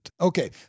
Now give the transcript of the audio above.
Okay